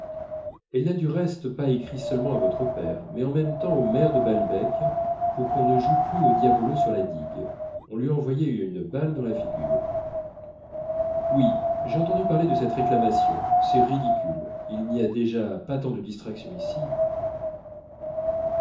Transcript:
elle n'a du reste pas écrit seulement à votre père mais en même temps au maire de balbec pour qu'on ne joue plus au diabolo sur la digue on lui a envoyé une balle dans la figure oui j'ai entendu parler de cette réclamation c'est ridicule il n'y a déjà pas tant de distractions ici